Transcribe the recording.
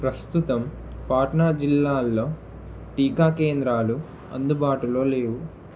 ప్రస్తుతం పాట్నా జిల్లాల్లో టీకా కేంద్రాలు అందుబాటులో లేవు